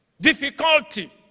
difficulty